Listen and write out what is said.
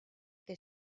que